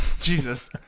Jesus